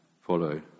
follow